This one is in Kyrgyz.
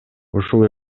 ушул